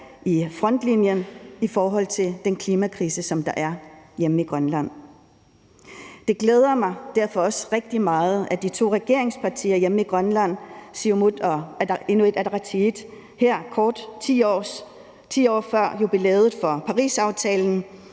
i frontlinjen i forhold til klimakrisen. Det glæder mig derfor også rigtig meget, at de to regeringspartier hjemme i Grønland, Siumut og Inuit Ataqatigiit, her kort før 10-årsjubilæet for Parisaftalen